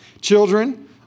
Children